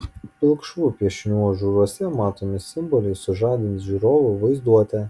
pilkšvų piešinių ažūruose matomi simboliai sužadins žiūrovo vaizduotę